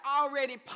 already